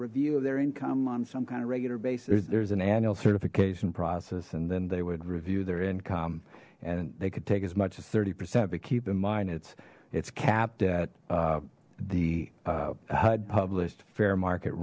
review of their income on some kind of regular basis there's an annual certification process and then they would review their income and they could take as much as thirty percent but keep in mind it's it's capped at the hud published fair market